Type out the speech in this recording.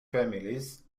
families